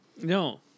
no